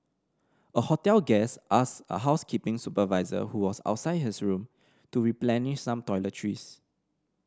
a hotel guest asked a housekeeping supervisor who was outside his room to replenish some toiletries